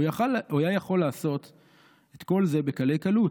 הוא יכול היה לעשות את כל זה בקלי קלות.